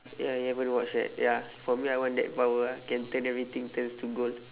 ya you haven't watch yet ya for me I want that power ah can turn everything turns to gold